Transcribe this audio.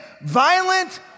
violent